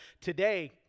today